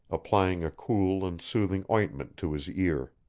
applying a cool and soothing ointment to his ear.